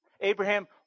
Abraham